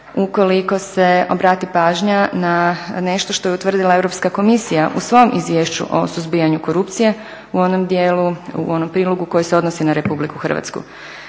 ukoliko se obrati pažnja na nešto što je utvrdila Europska komisija u svom izvješću o suzbijanju korupcije u onom dijelu, u onom prilogu koji se odnosi na Republiku Hrvatsku.